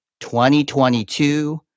2022